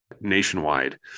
nationwide